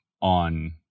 on